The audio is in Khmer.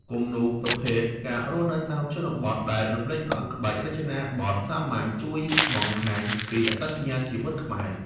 គំនូរប្រភេទ ការរស់នៅតាមជនបទ ដែលរំលេចដោយក្បាច់រចនាបថសាមញ្ញ ជួយបង្ហាញពីអត្តសញ្ញាណជីវិតខ្មែរ។